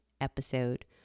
episode